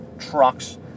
Trucks